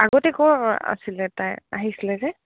আগতে ক'ৰ আছিলে তাই আহিছিলে যে